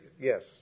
yes